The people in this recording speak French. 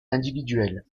individuel